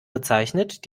bezeichnet